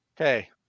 Okay